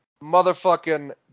motherfucking